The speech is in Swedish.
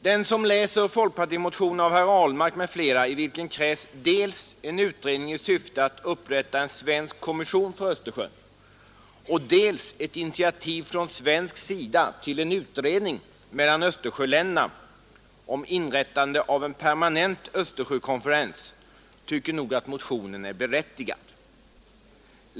Den som läser folkpartimotionen av herr Ahlmark m.fl., i vilken krävs dels en utredning i syfte att upprätta en svensk kommission för Östersjön, dels ett initiativ från svensk sida till en utredning mellan Östersjöländerna om inrättande av en permanent Östersjökonferens, tycker nog att motionen är berättigad.